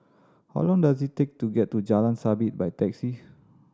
how long does it take to get to Jalan Sabit by taxi